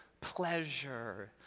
pleasure